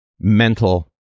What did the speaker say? mental